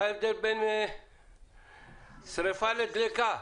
מה ההבדל בין שריפה לדלקה.